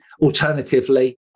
alternatively